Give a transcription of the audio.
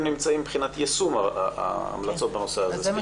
נמצאים מבחינת יישום ההמלצות בנושא הזה.